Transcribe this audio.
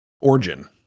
origin